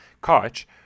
Koch